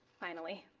finally,